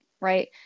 right